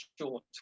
short